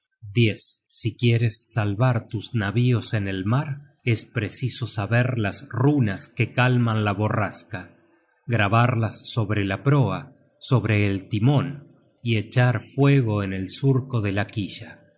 disa si quieres salvar tus navíos en el mar es preciso saber las runas que calman la borrasca grabarlas sobre la proa sobre el timon y echar fuego en el surco de la quilla